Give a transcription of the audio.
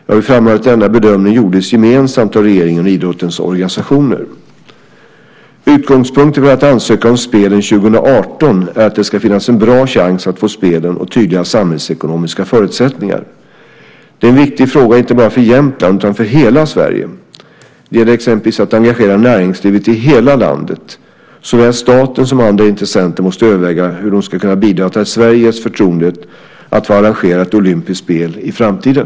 Jag vill framhålla att denna bedömning gjordes gemensamt av regeringen och idrottens organisationer. Utgångspunkten för att ansöka om spelen 2018 är att det ska finnas en bra chans att få spelen och tydliga samhällsekonomiska förutsättningar. Det är en viktig fråga inte bara för Jämtland utan för hela Sverige. Det gäller exempelvis att engagera näringslivet i hela landet. Såväl staten som andra intressenter måste överväga hur de skulle kunna bidra till att Sverige ges förtroendet att få arrangera ett olympiskt spel i framtiden.